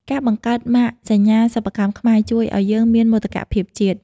ការបង្កើតម៉ាកសញ្ញាសិប្បកម្មខ្មែរ ជួយឱ្យយើងមានមោទកភាពជាតិ។